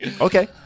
okay